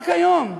רק היום.